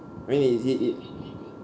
I mean is it it